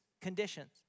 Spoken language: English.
conditions